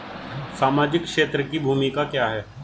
सामाजिक क्षेत्र की भूमिका क्या है?